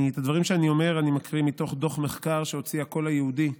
את הדברים שאני אומר אני מקריא מתוך דוח מחקר שהוציא "הקול היהודי"